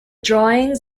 drawings